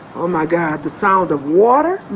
oh my god, the sound of water